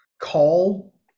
call